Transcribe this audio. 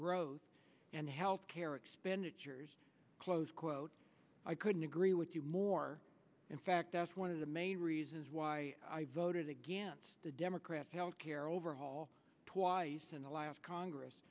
growth and health care expenditures close quote i couldn't agree with you more in fact that's one of the main reasons why i voted against the democrats health care overhaul the last congress